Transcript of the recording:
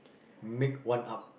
make one up